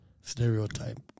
stereotype